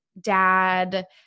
dad